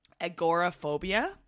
agoraphobia